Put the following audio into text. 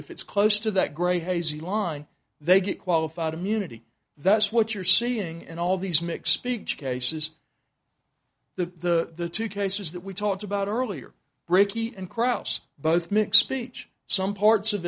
if it's close to that grey hazy line they get qualified immunity that's what you're seeing and all these mix speech cases the two cases that we talked about earlier breaky and kraus both mic speech some parts of